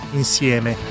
insieme